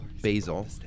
basil